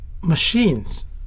machines